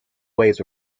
waves